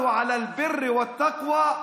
(אומר בערבית: תשתפו פעולה בעשיית טוב וחסד,